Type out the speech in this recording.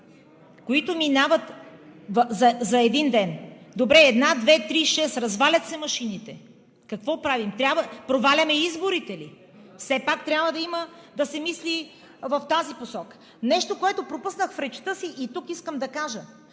които минават за един ден. Добре, една, две, три, шест – развалят се машините, какво правим? Проваляме изборите ли? Все пак трябва да се мисли в тази посока. Нещо, което пропуснах в речта си и тук искам да кажа,